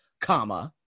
comma